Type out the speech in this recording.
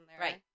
right